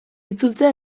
itzultzea